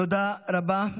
תודה רבה.